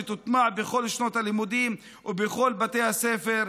שתוטמע בכל שנות הלימודים ובכל בתי הספר,